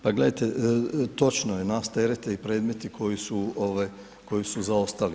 Pa gledajte, točno je, nas terete i predmeti koji su zaostali.